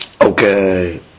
Okay